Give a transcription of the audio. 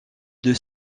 deux